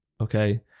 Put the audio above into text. okay